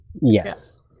Yes